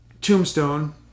Tombstone